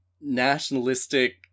nationalistic